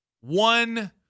one